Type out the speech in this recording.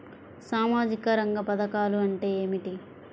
సామాజిక రంగ పధకాలు అంటే ఏమిటీ?